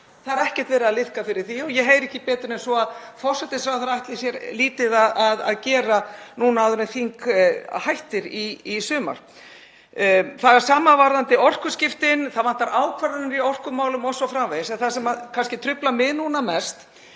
Það er ekkert verið að liðka fyrir því og ég heyri ekki betur en að forsætisráðherra ætli sér lítið að gera núna áður en þing hættir í sumar. Það er sama varðandi orkuskiptin, það vantar ákvarðanir í orkumálum o.s.frv. en það sem kannski truflar mig mest